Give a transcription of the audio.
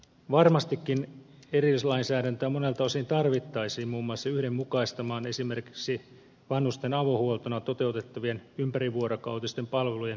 varmastikin erillislainsäädäntöä monelta osin tarvittaisiin muun muassa yhdenmukaistamaan esimerkiksi vanhusten avohuoltona toteutettavien ympärivuorokautisten palvelujen asiakasmaksuja